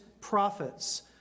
prophets